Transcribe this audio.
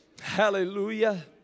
Hallelujah